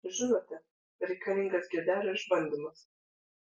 žinote reikalingas giodelio išbandymas